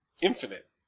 Infinite